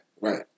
Right